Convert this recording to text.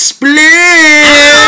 Split